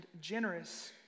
generous